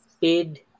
paid